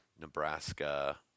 Nebraska